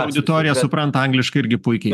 auditorija supranta angliškai irgi puikiai